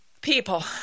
people